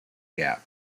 gap